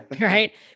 Right